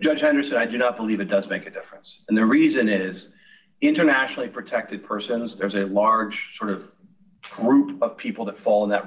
judge henderson i did up believe it does make a difference and the reason it is internationally protected person is there's a large sort of group of people that fall in that